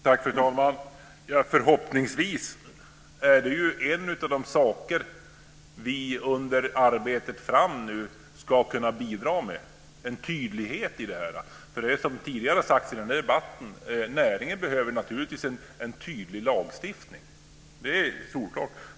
Fru talman! Förhoppningsvis är det en av de saker som vi under arbetet framöver ska kunna bidra med; alltså en tydlighet i det här. Det är, som tidigare har sagts i den här debatten, naturligtvis så att näringen behöver en tydlig lagstiftning. Det är solklart.